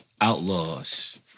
outlaws